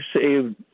saved